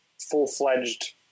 full-fledged